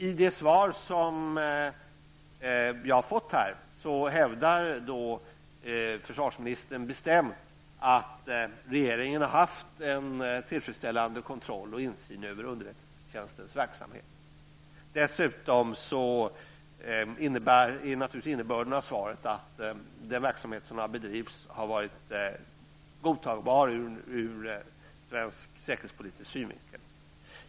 I det svar som jag har fått hävdar försvarsministern bestämt att regeringen har haft en tillfredsställande kontroll över och insyn i underrättelsetjänstens verksamhet. Innebörden av svaret är naturligtvis dessutom att den verksamhet som har bedrivits har varit godtagbar ur svensk säkerhetspolitisk synvinkel.